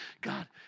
God